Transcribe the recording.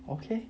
okay